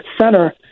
center